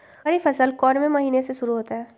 खरीफ फसल कौन में से महीने से शुरू होता है?